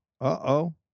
Uh-oh